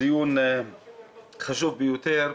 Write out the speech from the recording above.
דיון חשוב ביותר.